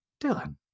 Dylan